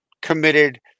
committed